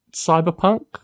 cyberpunk